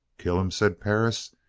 kill em? said perris,